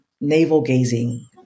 navel-gazing